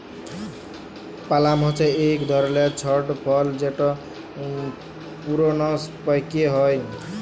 পালাম হছে ইক ধরলের ছট ফল যেট পূরুনস পাক্যে হয়